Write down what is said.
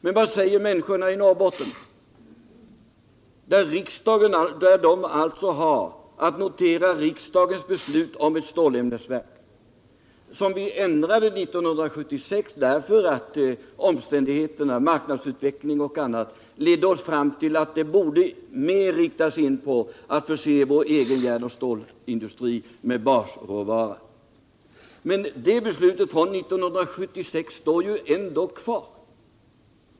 Men vad säger människorna i Norrbotten, när de har att notera riksdagens beslut om ett stålämnesverk, ett beslut som vi ändrade 1976 därför att omständigheterna, marknadsutvecklingen och annat, ledde oss fram till att vi borde mer inrikta oss på att förse vår egen järnoch stålindustri med basråvara? Men beslutet från 1976 står ju ändå kvar.